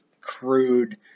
crude